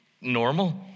normal